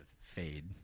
fade